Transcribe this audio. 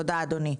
תודה, אדוני.